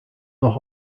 auch